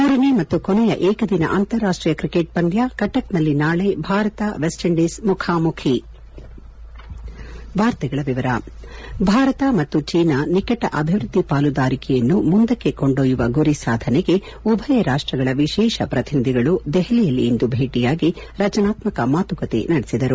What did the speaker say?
ಮೂರನೇ ಮತ್ತು ಕೊನೆಯ ಏಕದಿನ ಅಂತಾರಾಷ್ಷೀಯ ಕ್ರಿಕೆಟ್ ಪಂದ್ಯ ಕಟಕ್ನಲ್ಲಿ ನಾಳೆ ಭಾರತ ವೆಸ್ಟ್ ಇಂಡೀಸ್ ಮುಖಾಮುಖಿ ಭಾರತ ಮತ್ತು ಚೇನಾ ನಿಕಟ ಅಭಿವೃದ್ಧಿ ಪಾಲುದಾರಿಕೆಯನ್ನು ಮುಂದಕ್ಕೆ ಕೊಂಡೊಯ್ಯುವ ಗುರಿ ಸಾಧನೆಗೆ ಉಭಯ ರಾಷ್ಟಗಳ ವಿಶೇಷ ಪ್ರತಿನಿಧಿಗಳು ದೆಹಲಿಯಲ್ಲಿಂದು ಭೇಟಿಯಾಗಿ ರಜನಾತ್ಮಕ ಮಾತುಕತೆ ನಡೆಸಿದವು